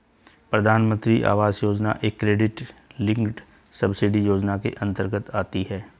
प्रधानमंत्री आवास योजना एक क्रेडिट लिंक्ड सब्सिडी योजना के अंतर्गत आती है